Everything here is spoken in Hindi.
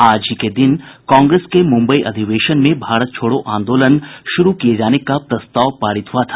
आज ही के दिन कांग्रेस के मुंबई अधिवेशन में भारत छोड़ो आंदोलन शुरू किये जाने का प्रस्ताव पारित हुआ था